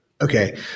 Okay